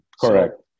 Correct